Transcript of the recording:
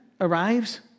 arrives